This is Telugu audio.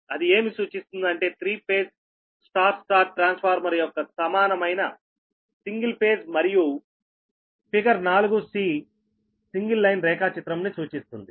అది ఏమి సూచిస్తుంది అంటే three phase Y Y transformer యొక్క సమానమైన సింగిల్ ఫేజ్ మరియు ఫిగర్ 4 సింగిల్ లైన్ రేఖా చిత్రము ను సూచిస్తుంది